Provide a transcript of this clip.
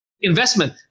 investment